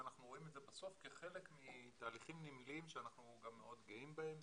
ואנחנו רואים את זה בסוף כחלק מתהליכים נמליים שאנחנו גם מאוד גאים בהם